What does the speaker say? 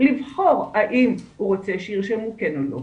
לבחור האם הוא רוצה שירשמו כן או לא.